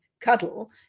cuddle